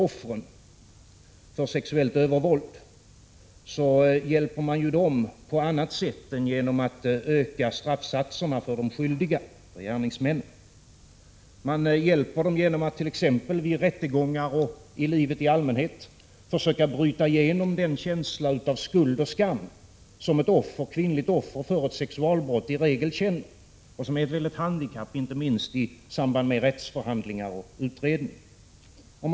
Offren för sexuellt övervåld hjälper man ju på annat sätt än genom att öka straffsatserna för skyldiga, för gärningsmän. Man hjälper dem genom att t.ex. vid rättegångar och i livet i allmänhet försöka bryta igenom den känsla av skuld och skam som de kvinnor som blivit offer för ett sexualbrott i regel känner. Den känslan är ett stort handikapp, inte minst i samband med rättsförhandlingar och utredningar.